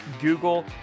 Google